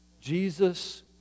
Jesus